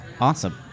awesome